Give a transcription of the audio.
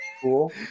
cool